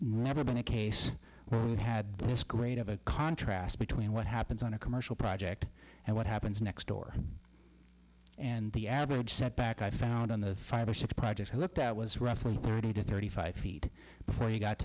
never been a case that had this great of a contrast between what happens on a commercial project and what happens next door and the average setback i found on the five or six projects i looked at was roughly thirty to thirty five feet before you got